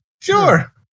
sure